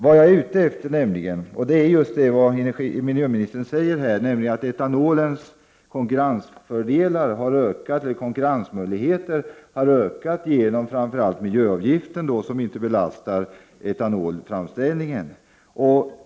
Vad jag är ute efter gäller just det som miljöministern säger här, nämligen att etanolens konkurrensmöjligheter har ökat genom framför allt miljöavgiften, som inte belastar etanolframställningen.